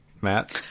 Matt